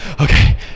okay